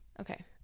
Okay